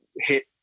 hit